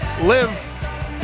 live